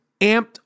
amped